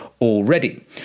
already